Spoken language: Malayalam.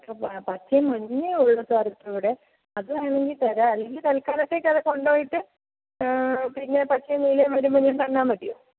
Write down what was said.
ആ പച്ചയും മഞ്ഞയും ഉള്ളൂ സർ ഇപ്പോൾ ഇവിടെ അത് വേണമെങ്കിൽ തരാം അല്ലെങ്കിൽ തൽക്കാലത്തേക്ക് അത് കൊണ്ടുപോയിട്ട് പിന്നെ പച്ചയും നീലയും വരുമ്പോൾ ഞാൻ തന്നാൽ മതിയോ